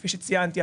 כפי שציינתי,